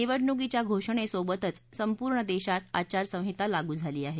निवडणुकीच्या घोषणेसोबतच संपूर्ण देशात आचारसंहिता लागू झाली आहे